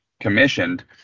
commissioned